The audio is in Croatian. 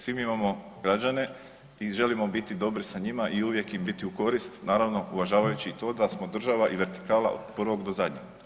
Svi mi imamo građane i želimo biti dobri sa njima i uvijek im biti u korist, naravno, uvažavajući i to da smo država i vertikala od prvog do zadnjeg.